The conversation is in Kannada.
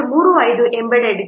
32 ಆಗಿದೆ